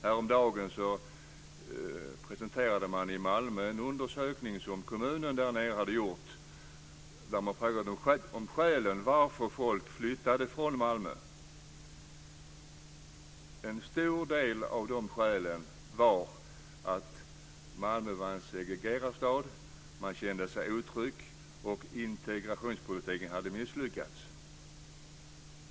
Häromdagen presenterade man i Malmö en undersökning som kommunen där hade gjort. Man frågade om skälen till varför människor flyttade från Malmö. En stor del av de skälen var att Malmö var en segregerad stad. Människor kände sig otrygga, och integrationspolitiken hade misslyckats.